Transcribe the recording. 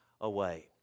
away